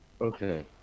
Okay